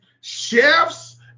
chefs